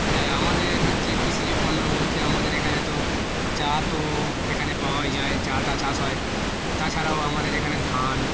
হ্যাঁ আমাদের হচ্ছে কৃষিজ পণ্য বলতে আমাদের এখানে তো চা তো এখানে পাওয়াই যায় চা টা চাষ হয় তাছাড়াও আমাদের এখানে ধান